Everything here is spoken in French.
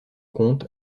compte